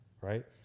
Right